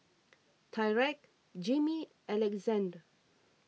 Tyrek Jimmy and Alexandr